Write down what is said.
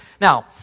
Now